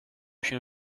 się